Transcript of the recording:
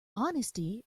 honesty